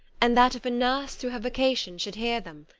and that if a nurse through her vocation should hear them,